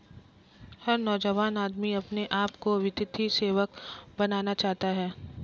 हर नौजवान आदमी अपने आप को वित्तीय सेवक बनाना चाहता है